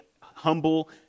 humble